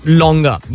longer